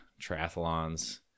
triathlons